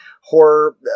horror